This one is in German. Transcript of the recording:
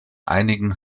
einigen